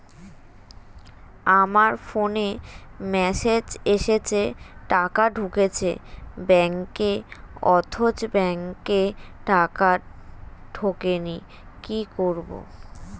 আমার ফোনে মেসেজ এসেছে টাকা ঢুকেছে ব্যাঙ্কে অথচ ব্যাংকে টাকা ঢোকেনি কি করবো?